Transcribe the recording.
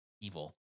Evil